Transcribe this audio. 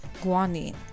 guanine